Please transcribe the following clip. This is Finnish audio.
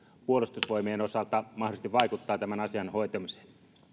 puolustusvoimien osalta mahdollisesti vaikuttaa tämän asian hoitamiseen